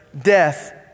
death